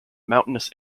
mountainous